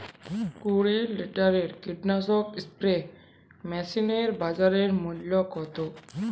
কুরি লিটারের কীটনাশক স্প্রে মেশিনের বাজার মূল্য কতো?